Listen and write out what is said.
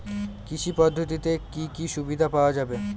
কৃষি পদ্ধতিতে কি কি সুবিধা পাওয়া যাবে?